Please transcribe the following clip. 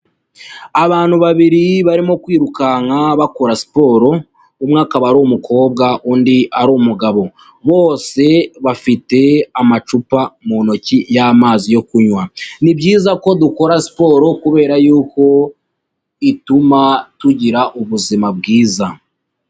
Abantu babiri barimo kwirukanka bakora siporo, umwe akaba ari umukobwa undi ari umugabo, bose bafite amacupa mu ntoki y'amazi yo kunywa, ni byiza ko dukora siporo kubera yuko ituma tugira ubuzima bwiza.